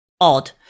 odd